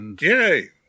Yay